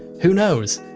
who knows?